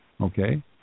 Okay